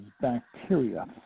bacteria